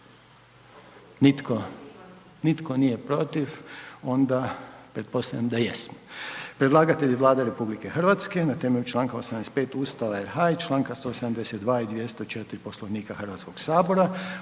Nitko nije protiv, onda pretpostavljam da jesmo. Predlagatelj je Vlada RH na temelju čl. 85. Ustava RH i čl. 172. i 204. Poslovnika HS. Prigodom